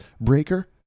Breaker